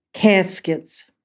caskets